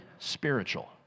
Spiritual